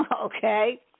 Okay